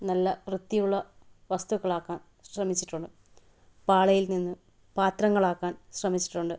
നല്ല വൃത്തിയുള്ള വസ്തുക്കളാക്കാൻ ശ്രമിച്ചിട്ടുണ്ട് പാളയിൽ നിന്ന് പാത്രങ്ങൾ ആക്കാൻ ശ്രമിച്ചിട്ടുണ്ട്